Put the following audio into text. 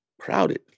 crowded